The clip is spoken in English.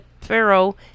Pharaoh